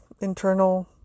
internal